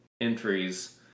entries